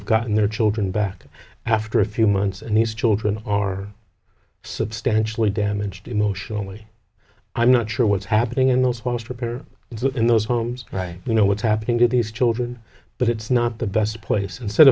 have gotten their children back after a few months and these children or substantially damaged emotionally i'm not sure what's happening in those post repair is that in those homes right you know what's happening to these children but it's not the best place instead